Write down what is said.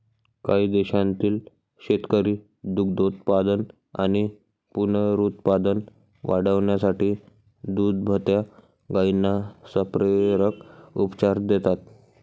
काही देशांतील शेतकरी दुग्धोत्पादन आणि पुनरुत्पादन वाढवण्यासाठी दुभत्या गायींना संप्रेरक उपचार देतात